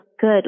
good